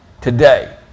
today